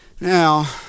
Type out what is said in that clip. Now